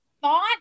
thought